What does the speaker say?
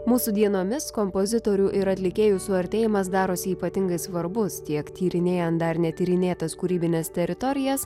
mūsų dienomis kompozitorių ir atlikėjų suartėjimas darosi ypatingai svarbus tiek tyrinėjant dar netyrinėtas kūrybines teritorijas